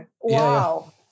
wow